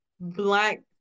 black